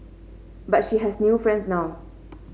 but she has new friends now